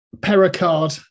Pericard